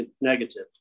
negative